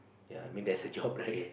ya I mean that's a job right